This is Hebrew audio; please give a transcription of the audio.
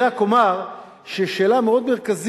אני רק אומר ששאלה מאוד מרכזית,